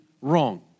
wrong